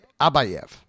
Abayev